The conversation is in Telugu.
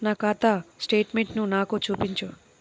నా ఖాతా స్టేట్మెంట్ను నాకు చూపించు